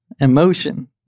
emotion